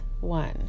one